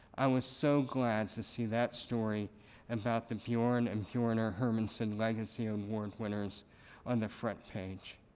i was so glad to see that story and about the bjorg and bjornar hermansen legacy um award winners on the front page.